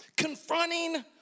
confronting